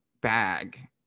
bag